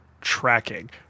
tracking